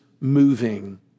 moving